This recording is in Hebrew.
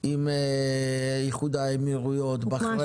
עם איחוד האמירויות, בחריין,